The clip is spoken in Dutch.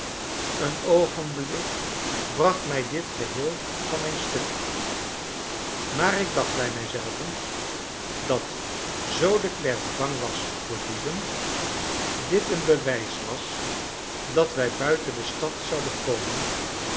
een oogenblik bracht mij dit geheel van mijn stuk maar ik dacht bij mij zelven dat zoo de klerk bang was voor dieven dit een bewijs was dat wij buiten de stad zouden komen